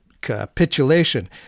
capitulation